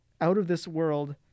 out-of-this-world